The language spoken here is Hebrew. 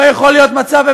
לא יכול להיות מצב,